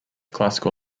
classical